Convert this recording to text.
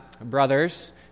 brothers